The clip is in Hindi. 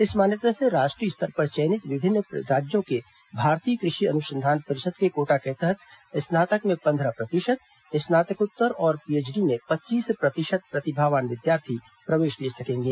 इस मान्यता से राष्ट्रीय स्तर पर चयनित विभिन्न राज्यों के भारतीय कृषि अनुसंधान परिषद के कोटा के तहत स्नातक में पन्द्रह प्रतिशत स्नातकोत्तर और पीएचडी में पच्चीस प्रतिशत प्रतिभावन विद्यार्थी प्रवेश ले सकेंगे